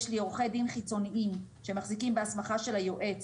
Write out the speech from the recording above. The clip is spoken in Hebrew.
יש לי עורכי דין חיצוניים שמחזיקים בהסמכה של היועץ